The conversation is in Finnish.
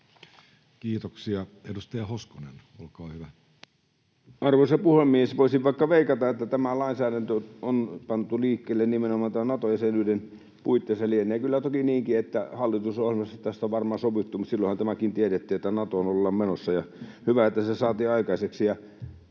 muuttamisesta Time: 15:10 Content: Arvoisa puhemies! Voisin vaikka veikata, että tämä lainsäädäntö on pantu liikkeelle nimenomaan tämän Nato-jäsenyyden puitteissa. Lienee toki niinkin, että hallitusohjelmassa tästä on varmaan sovittu, mutta silloinhan tämäkin tiedettiin, että Natoon ollaan menossa, ja hyvä, että se saatiin aikaiseksi.